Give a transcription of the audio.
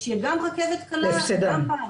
שתהיה גם רכבת קלה וגם פארק.